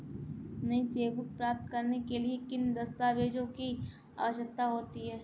नई चेकबुक प्राप्त करने के लिए किन दस्तावेज़ों की आवश्यकता होती है?